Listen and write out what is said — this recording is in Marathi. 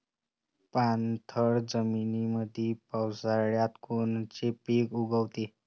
पाणथळ जमीनीमंदी पावसाळ्यात कोनचे पिक उगवते?